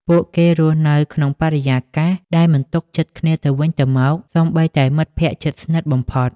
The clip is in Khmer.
ពួកគេរស់នៅក្នុងបរិយាកាសដែលមិនទុកចិត្តគ្នាទៅវិញទៅមក សូម្បីតែមិត្តភក្តិជិតស្និទ្ធបំផុត។